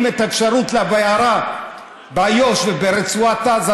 את האפשרות לבערה באיו"ש וברצועת עזה,